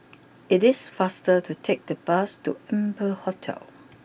it is faster to take the bus to Amber Hotel